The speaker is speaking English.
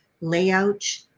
layout